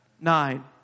Nine